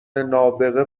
نابغه